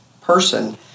person